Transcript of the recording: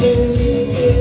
it is